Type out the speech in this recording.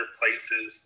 places